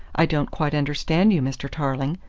i don't quite understand you, mr. tarling.